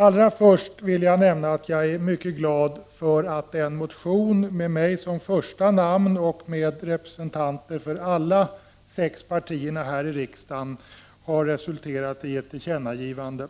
Allra först vill jag nämna att jag är mycket glad över att en motion med mitt namn först och med representanter för alla sex riksdagspartier har resulterat i ett tillkännagivande